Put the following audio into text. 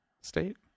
state